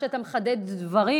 שאתה מחדד דברים,